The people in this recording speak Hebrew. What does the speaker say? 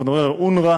אנחנו מדברים על אונר"א.